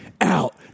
out